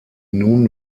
nun